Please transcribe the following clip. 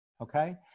Okay